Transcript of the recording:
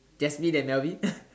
Jasmine and Melvin